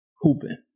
Hooping